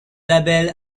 label